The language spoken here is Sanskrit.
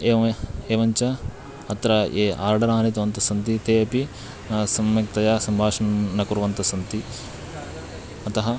एवम् एवं च अत्र ये आर्डर् आनीतवन्तस्सन्ति ते अपि सम्यक्तया सम्भाषणं न कुर्वन्तस्सन्ति अतः